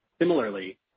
Similarly